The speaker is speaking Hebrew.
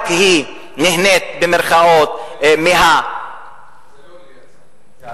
רק היא "נהנית" זה לא ליד סח'נין,